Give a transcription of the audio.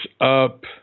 up